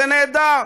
זה נהדר.